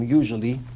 usually